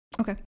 Okay